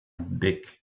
bec